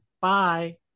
Bye